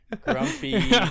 grumpy